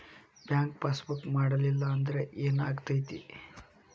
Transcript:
Bank passbook ಮಾಡಲಿಲ್ಲ ಅಂದ್ರೆ ಏನ್ ಆಗ್ತೈತಿ?